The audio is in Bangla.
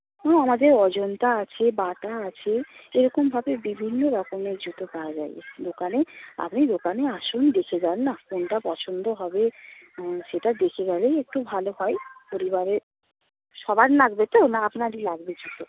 হ্যাঁ আমাদের অজন্তা আছে বাটা আছে এরকমভাবে বিভিন্ন রকমের জুতো পাওয়া যাবে দোকানে আপনি দোকানে আসুন দেখে যান না কোনটা পছন্দ হবে সেটা দেখে গেলেই একটু ভালো হয় পরিবারের সবার লাগবে তো না আপনারই লাগবে জুতো